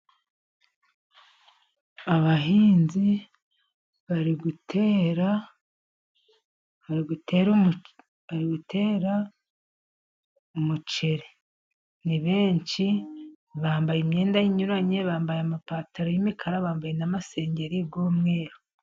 Abahinzi bari gutera, bari gutera umuceri. Ni benshi, bambaye imyenda inyuranye, bambaye amapantaro y'imikara, bambaye n'amasengeri y'umweru.